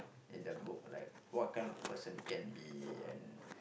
in the book like what kind of person you can be and